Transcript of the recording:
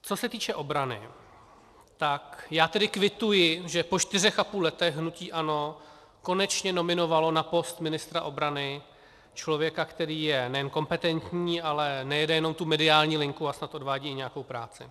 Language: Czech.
Co se týče obrany, tak já kvituji, že po čtyřech a půl letech hnutí ANO konečně nominovalo na post ministra obrany člověka, který je nejen kompetentní, ale nejede jenom tu mediální linku, ale snad odvádí i nějakou práci.